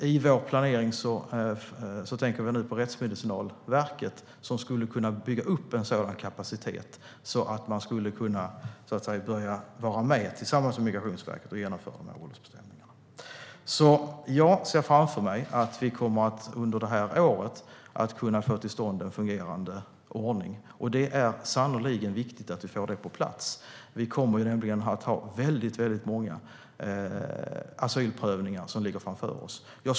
I vår planering tänker vi nu på Rättsmedicinalverket, som kan bygga upp en sådan kapacitet så att man kan vara med tillsammans med Migrationsverket och genomföra åldersbedömningarna. Jag ser framför mig att vi under det här året kommer att få till stånd en fungerande ordning. Det är sannerligen viktigt att den kommer på plats. Det ligger många asylprövningar framför oss.